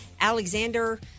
Alexander